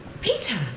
Peter